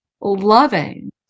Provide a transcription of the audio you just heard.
loving